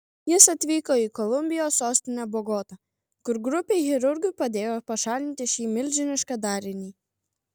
jis atvyko į kolumbijos sostinę bogotą kur grupei chirurgų padėjo pašalinti šį milžinišką darinį